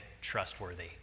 trustworthy